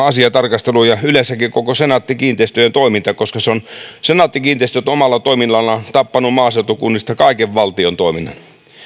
asia tarkasteluun ja yleensäkin koko senaatti kiinteistöjen toiminta koska senaatti kiinteistöt on omalla toiminnallaan tappanut maaseutukunnista kaiken valtion toiminnan